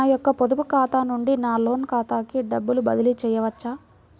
నా యొక్క పొదుపు ఖాతా నుండి నా లోన్ ఖాతాకి డబ్బులు బదిలీ చేయవచ్చా?